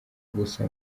gusa